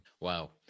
Wow